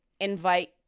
invite